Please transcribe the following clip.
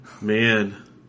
Man